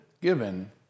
given